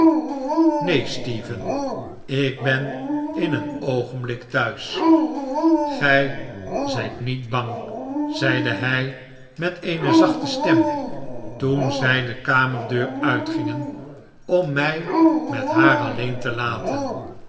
neen stephen ik ben in een oogenblik thuis gij zijt niet bang zeide hij met eene zachte stem toen zij de kamerdeur uitgingen om mij met haar alleen te laten